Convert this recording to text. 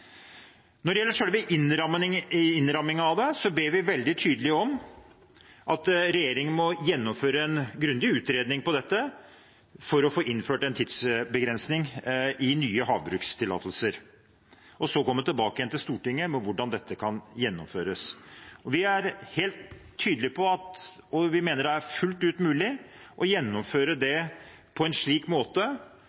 Når det gjelder selve innrammingen av det, ber vi veldig tydelig om at regjeringen gjennomfører en grundig utredning av dette for å få innført en tidsbegrensning i nye havbrukstillatelser, og så komme tilbake igjen til Stortinget med hvordan dette kan gjennomføres. Vi er helt tydelige på – og vi mener det er fullt ut mulig – at det